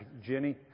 Jenny